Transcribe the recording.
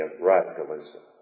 radicalism